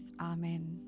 Amen